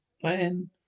Plan